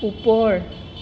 ওপৰ